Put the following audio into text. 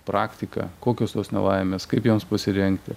praktiką kokios tos nelaimės kaip joms pasirengti